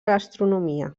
gastronomia